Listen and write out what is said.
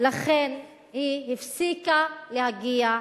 ולכן היא הפסיקה להגיע לבית-הספר.